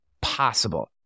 possible